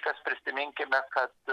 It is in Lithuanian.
kas prisiminkime kad